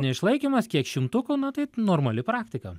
neišlaikymas kiek šimtukų na tai normali praktika